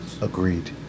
Agreed